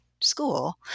school